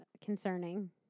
concerning